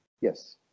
Yes